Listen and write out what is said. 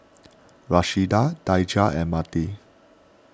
Rashida Daijah and Marty